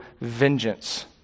vengeance